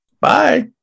Bye